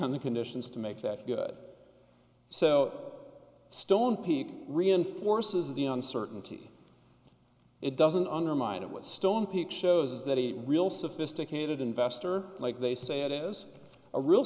on the conditions to make that good so stone pete reinforces the uncertainty it doesn't undermine it with stone peep shows that a real sophisticated investor like they say it is a real